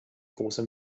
große